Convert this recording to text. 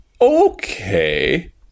Okay